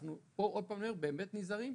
עוד פעם אני אומר: אנחנו באמת נזהרים,